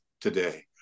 today